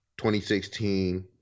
2016